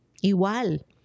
igual